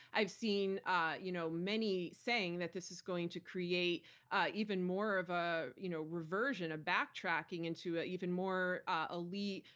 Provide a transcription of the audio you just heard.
i've seen ah you know many saying that this is going to create even more of a you know reversion, a backtracking, into an even more ah elite,